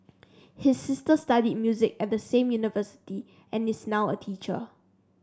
his sister studied music at the same university and is now a teacher